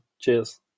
Cheers